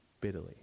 bitterly